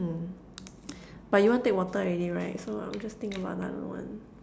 hmm but you want take water already right so I'll just think about another one